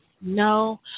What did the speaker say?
no